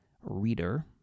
reader